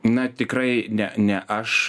na tikrai ne ne aš